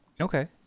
Okay